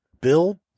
Bill